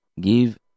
give